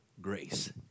grace